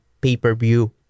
pay-per-view